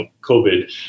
COVID